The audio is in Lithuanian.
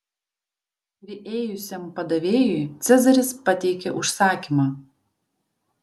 priėjusiam padavėjui cezaris pateikė užsakymą